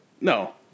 No